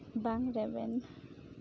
ᱵᱟᱝ ᱨᱮᱵᱮᱱ